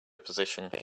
position